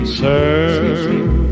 serve